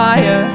Fire